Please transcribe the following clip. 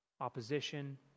opposition